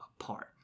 apart